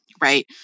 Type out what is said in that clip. right